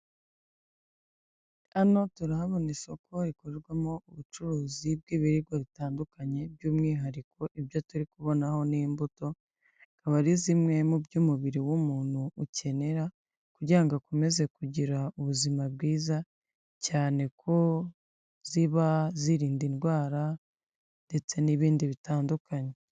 Hano turahabona isoko rikoremo ubucuruzi bw'ibibiribwa bitandukanye by'umwihariko, ibyo atariri kubonaho n'imbutoba ari zimwe mu by'umubiri w'umuntu ukenera, kugira ngo akomeze kugira ubuzima bwiza cyane ko ziba zirinda indwara ndetse n'ibindi bitandukanye.